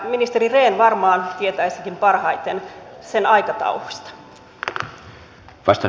ministeri rehn varmaan tietäisikin parhaiten sen aikatauluista